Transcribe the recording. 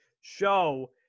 show